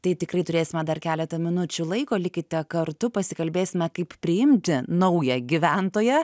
tai tikrai turėsime dar keletą minučių laiko likite kartu pasikalbėsime kaip priimti naują gyventoją